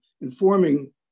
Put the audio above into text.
informing